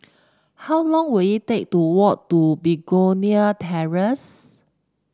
how long will it take to walk to Begonia Terrace